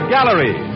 Gallery